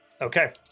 Okay